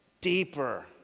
deeper